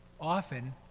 often